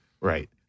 right